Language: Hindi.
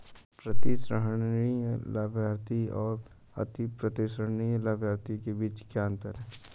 प्रतिसंहरणीय लाभार्थी और अप्रतिसंहरणीय लाभार्थी के बीच क्या अंतर है?